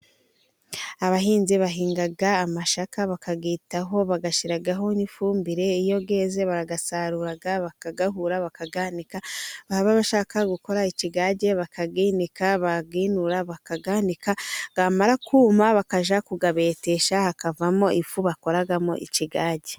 Abahinzi bahinga amasaka bakayitaho bayashyiraho n'ifumbire iyo yeze barayasarura bak bakayahura, bakayanika bashaka gukora ikigage bakayinika bayinura yamara kuma bakaja kuyabetesha hakavamo ifu bakoramo ikigage.